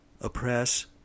oppress